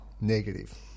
negative